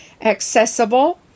accessible